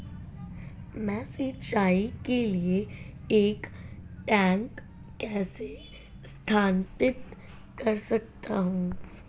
मैं सिंचाई के लिए एक टैंक कैसे स्थापित कर सकता हूँ?